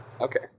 okay